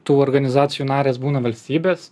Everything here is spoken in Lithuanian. tų organizacijų narės būna valstybės